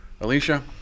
Alicia